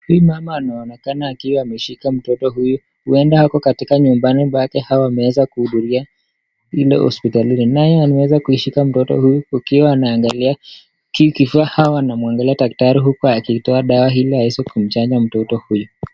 Hii Mama anaonekana akiwa ameshika mtoto huyu huenda ako katika nyumbani pake hau ameweza kuudhuria indo hosipitalini nae ameweza kushika mtoto huu ukiwa anaangalia ki kifaa hawa wanamuangalia daktari huku akiitowa dawa hili aweze kumchanja mtoto huyu